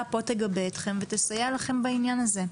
פה תגבה אתכם ותסייע לכם בעניין הזה.